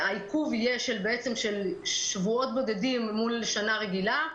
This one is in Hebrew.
העיכוב יהיה בעצם של שבועות בודדים אל מול שנה רגילה,